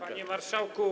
Panie Marszałku!